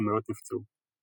ומאות נפצעו.